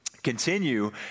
continue